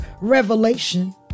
revelation